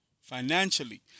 financially